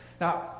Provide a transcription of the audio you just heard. Now